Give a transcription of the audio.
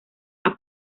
han